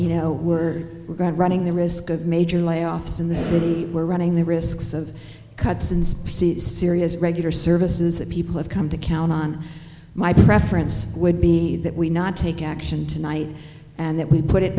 you know were ground running the risk of major layoffs in the city were running the risks of cuts in species serious regular services that people have come to count on my preference would be that we not take action tonight and that we put it